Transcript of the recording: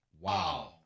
Wow